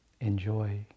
enjoy